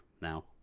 now